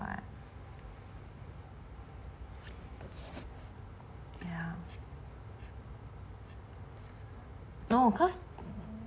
ya